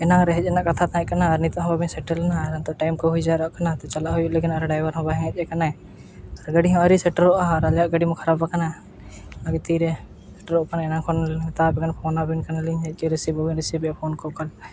ᱮᱱᱟᱝ ᱨᱮ ᱦᱮᱡ ᱨᱮᱱᱟᱜ ᱠᱟᱛᱷᱟ ᱛᱟᱦᱮᱸ ᱠᱟᱱᱟ ᱟᱨ ᱱᱤᱛᱚᱜ ᱦᱚᱸ ᱵᱟᱹᱵᱤᱱ ᱥᱮᱴᱮᱨ ᱞᱮᱱᱟ ᱱᱤᱛᱚᱜ ᱴᱟᱭᱤᱢ ᱠᱚ ᱦᱩᱭ ᱡᱟᱣᱨᱟᱜ ᱠᱟᱱᱟ ᱪᱟᱞᱟᱜ ᱦᱩᱭᱩᱜ ᱞᱟᱹᱜᱤᱫ ᱟᱨ ᱱᱚᱛᱮ ᱰᱨᱟᱭᱵᱷᱟᱨ ᱦᱚᱸ ᱵᱟᱭ ᱦᱮᱡ ᱠᱟᱱᱟᱭ ᱜᱟᱹᱰᱤ ᱦᱚᱸ ᱟᱹᱣᱨᱤ ᱥᱮᱴᱮᱨᱚᱜᱼᱟ ᱟᱨ ᱟᱭᱟᱜ ᱜᱟᱹᱰᱤ ᱦᱚᱸ ᱠᱷᱟᱨᱟᱯ ᱠᱟᱱᱟ ᱛᱤᱨᱮ ᱥᱮᱴᱮᱨᱚᱜ ᱠᱟᱱᱟ ᱮᱱᱟᱝ ᱠᱷᱚᱱ ᱢᱟᱛᱟ ᱵᱤᱱ ᱯᱷᱳᱱ ᱟᱹᱵᱤᱱ ᱠᱟᱱᱟᱞᱤᱧ ᱨᱤᱥᱤᱵᱷ ᱵᱟᱹᱵᱤᱱ ᱨᱤᱥᱤᱵᱷᱮᱜ ᱯᱷᱳᱱ ᱠᱚ ᱠᱷᱟᱱ